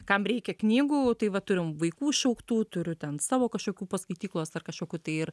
kam reikia knygų tai va turim vaikų išaugtų turiu ten savo kažkokių po skaityklos ar kažkokių tai ir